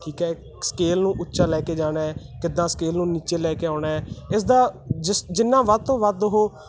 ਠੀਕ ਹੈ ਸਕੇਲ ਨੂੰ ਉੱਚਾ ਲੈ ਕੇ ਜਾਣਾ ਕਿੱਦਾਂ ਸਕੇਲ ਨੂੰ ਨੀਚੇ ਲੈ ਕੇ ਆਉਣਾ ਇਸ ਦਾ ਜਿਸ ਜਿੰਨਾ ਵੱਧ ਤੋਂ ਵੱਧ ਉਹ